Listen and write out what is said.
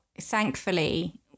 thankfully